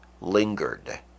lingered